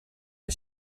are